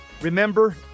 remember